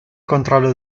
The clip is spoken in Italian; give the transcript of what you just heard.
controllo